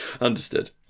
Understood